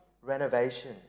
renovation